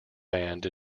band